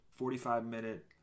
45-minute